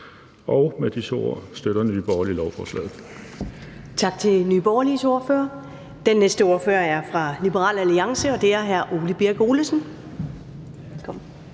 11:48 Første næstformand (Karen Ellemann): Tak til Nye Borgerliges ordfører. Den næste ordfører er fra Liberal Alliance, og det er hr. Ole Birk Olesen.